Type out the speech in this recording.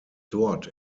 dort